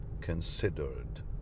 considered